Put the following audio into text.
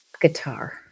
guitar